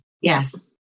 Yes